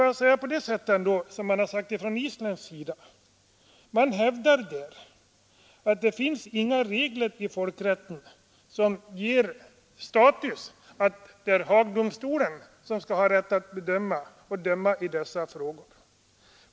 Jag vill ändå hävda, som man har sagt från isländsk sida, att det inte finns några regler i folkrätten som innebär att Haagdomstolen har rätt att bedöma och döma i dessa frågor.